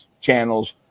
channels